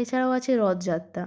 এছাড়াও আছে রথযাত্রা